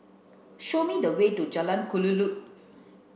show me the way to Jalan Kelulut